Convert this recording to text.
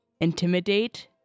Intimidate